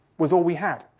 was all we had,